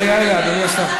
לא אסתכן ואומר, אדוני השר,